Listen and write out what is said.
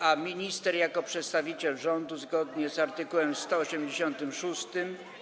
A minister jako przedstawiciel rządu zgodnie z art. 186.